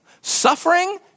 Suffering